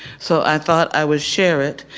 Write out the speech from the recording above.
so i thought i would share it.